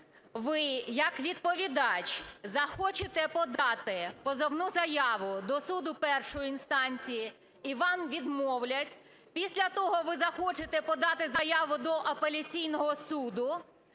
ви як відповідач захочете подати позовну заяву до суду першої інстанції, і вам відмовлять, після того ви захочете подати заяву до апеляційного суду,